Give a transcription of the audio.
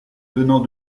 venant